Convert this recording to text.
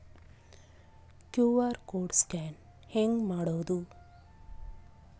QR code scan ಹೆಂಗ್ ಮಾಡೋದು?